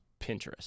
Pinterest